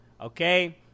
Okay